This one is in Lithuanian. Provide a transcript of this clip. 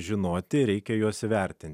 žinoti reikia juos įvertinti